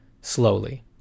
slowly